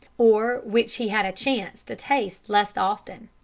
or which he had a chance to taste less often.